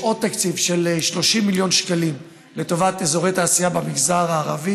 יש עוד תקציב של 30 מיליון שקלים לטובת אזורי תעשייה במגזר הערבי,